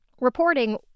reporting